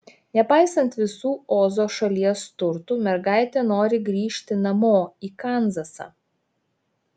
nepaisant visų ozo šalies turtų mergaitė nori grįžti namo į kanzasą